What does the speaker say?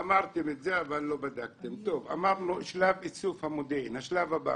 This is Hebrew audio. מה השלב אחרי איסוף המודיעין?